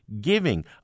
giving